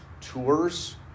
tours